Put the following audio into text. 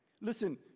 Listen